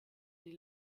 die